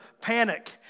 panic